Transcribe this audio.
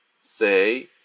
say